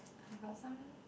I got some